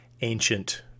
ancient